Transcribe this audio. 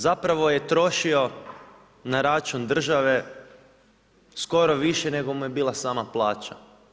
Zapravo je trošio na račun države, skoro više nego mu je bila sama plaća.